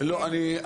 שציינת,